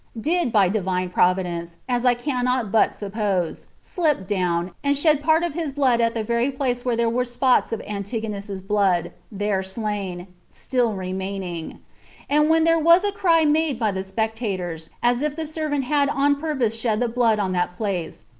did, by divine providence, as i cannot but suppose, slip down, and shed part of his blood at the very place where there were spots of antigonus's blood, there slain, still remaining and when there was a cry made by the spectators, as if the servant had on purpose shed the blood on that place,